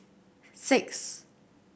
six